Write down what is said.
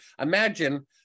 Imagine